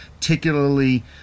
particularly